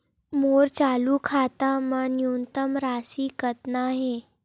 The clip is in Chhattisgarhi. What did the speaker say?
मोर चालू खाता मा न्यूनतम राशि कतना हे?